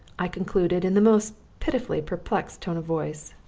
i concluded in the most pitifully perplexed tone of voice.